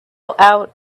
out